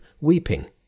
weeping